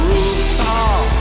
Rooftop